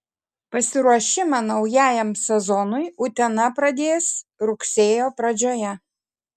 pasiruošimą naujajam sezonui utena pradės rugsėjo pradžioje